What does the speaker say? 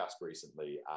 recently